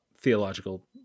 theological